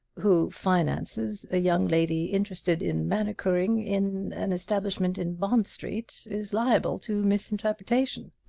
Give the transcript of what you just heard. who finances a young lady interested in manicuring in an establishment in bond street is liable to misinterpretation.